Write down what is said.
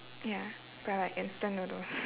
ya they're like instant noodles